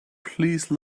please